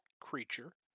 creature